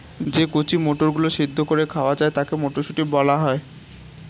যে কচি মটরগুলো সেদ্ধ করে খাওয়া যায় তাকে মটরশুঁটি বলা হয়